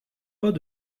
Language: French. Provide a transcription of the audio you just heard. pas